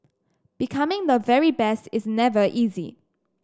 becoming the very best is never easy